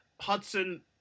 Hudson